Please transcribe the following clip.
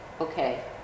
okay